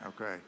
Okay